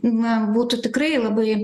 na būtų tikrai labai